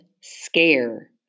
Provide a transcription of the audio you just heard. scare